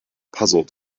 puzzled